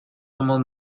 somos